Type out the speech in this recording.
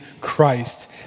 Christ